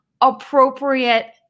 appropriate